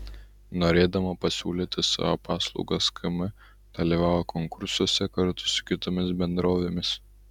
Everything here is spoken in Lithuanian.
norėdama pasiūlyti savo paslaugas km dalyvauja konkursuose kartu su kitomis bendrovėmis